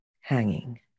hanging